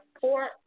four